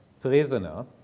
prisoner